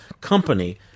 company